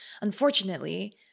Unfortunately